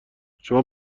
شما